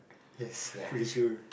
yes pretty sure